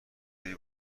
داری